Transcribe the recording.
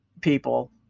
people